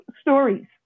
stories